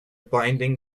binding